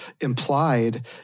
implied